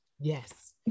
yes